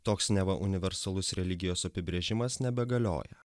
toks neva universalus religijos apibrėžimas nebegalioja